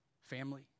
family